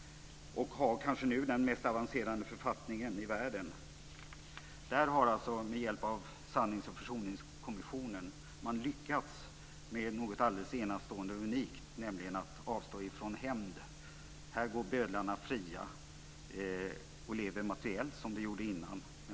Man har kanske nu den mest avancerade författningen i världen. Där har man alltså med hjälp av Sannings och försoningskommissionen lyckats med något alldeles enastående och unikt, nämligen att avstå från hämnd. Här går bödlarna fria och lever materiellt som de gjorde innan.